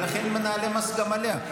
ולכן נעלה מס גם עליה.